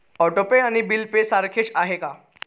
Auto pay आणि bill pay सारखेच आहे का?